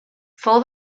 fou